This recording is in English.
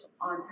on